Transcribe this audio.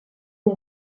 des